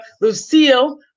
lucille